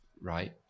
right